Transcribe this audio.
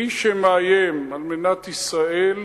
מי שמאיים על מדינת ישראל,